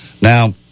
Now